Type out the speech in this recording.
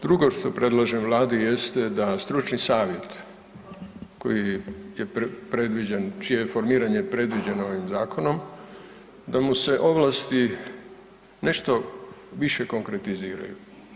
Drugo što predlažem Vladi jeste da stručni savjet koji je predviđen, čije je formiranje predviđeno ovim zakonom, a mu se ovlasti nešto više konkretiziraju.